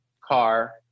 car